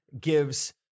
gives